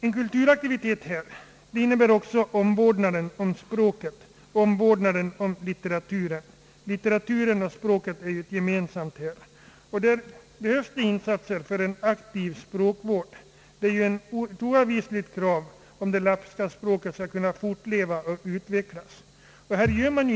En kulturaktivitet innebär också omvårdnad om språket och litteraturen. Dessa två är ju gemensamma, och här görs insatser för en aktiv språkvård. Detta är ett oavvisligt krav om det samiska språket skall kunna fortleva och utvecklas.